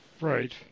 Right